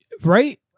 Right